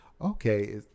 okay